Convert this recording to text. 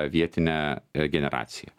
vietinę generaciją